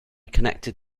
connected